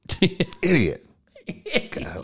Idiot